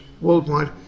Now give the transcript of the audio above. worldwide